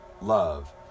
love